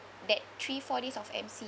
that three four days of M_C